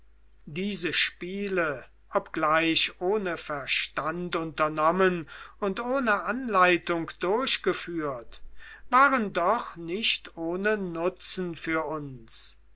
diese spiele obgleich ohne verstand unternommen und ohne anleitung durchgeführt waren doch nicht ohne nutzen für uns